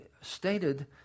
stated